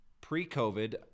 pre-COVID